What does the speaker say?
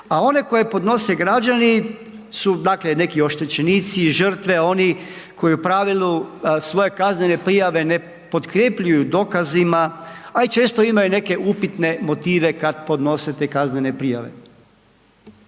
a one koje podnose građani su dakle neki oštećenici, žrtve oni koji u pravilu svoje kaznene prijave ne potkrepljuju dokazima, a i često imaju neke upitne motive kad podnose te kaznene prijave.